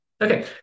Okay